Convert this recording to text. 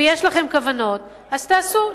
ויש לכם כוונות, אז תעשו.